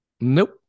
nope